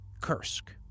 Kursk